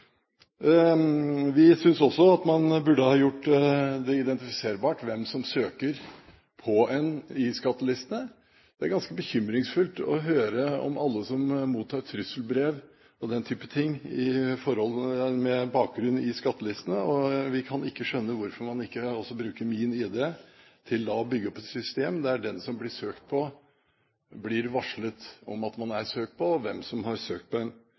Vi synes også at man burde ha gjort det identifiserbart hvem som søker på en i skattelistene. Det er ganske bekymringsfullt å høre om alle som mottar trusselbrev og den type ting med bakgrunn i skattelistene. Vi kan ikke skjønne hvorfor man ikke bruker MinID til å bygge opp et system der den som blir søkt på, blir varslet om at man er søkt på, og hvem som har søkt. Men her ligger det en